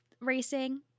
racing